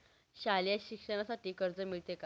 शालेय शिक्षणासाठी कर्ज मिळते का?